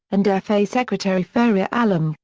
and fa secretary faria alam,